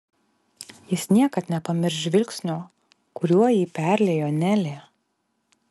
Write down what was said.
jis niekad nepamirš žvilgsnio kuriuo jį perliejo nelė